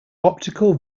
optical